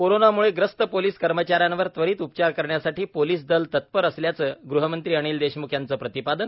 कोरोंनामुळे ग्रस्त पोलिस कर्मचाऱ्यांवर त्वरित उपचार करण्यासाठी पोलिस दल तत्पर असल्याच गृहमंत्री अनिल देशमुख यांचं प्रतिपादन